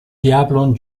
diablon